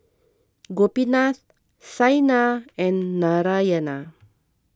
Gopinath Saina and Narayana